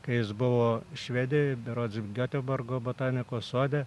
kai jis buvo švedijoj berods geteborgo botanikos sode